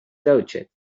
touched